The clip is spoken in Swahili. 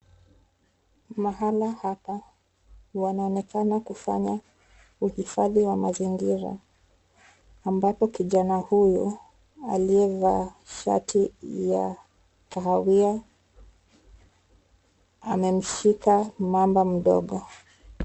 Mahala hapa wanaonekana kufanya uhifadhi wa mazingira ambapo kijana huyu aliyevaa shati ya kahawia amemshika mamba mdogo.